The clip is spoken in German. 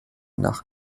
nach